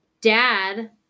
dad